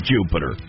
Jupiter